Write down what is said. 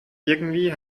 irgendwie